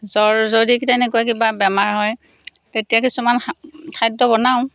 জ্বৰ যদি তেনেকুৱা কিবা বেমাৰ হয় তেতিয়া কিছুমান খাদ্য বনাওঁ